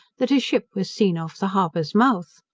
that a ship was seen off the harbour's mouth.